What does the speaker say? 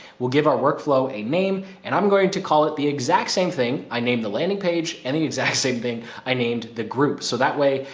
will give our workflow a name and i'm going to call it the exact same thing i named the landing page and the exact same thing i named the group. so that way,